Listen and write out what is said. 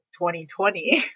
2020